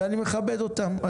ואני מכבד אותן.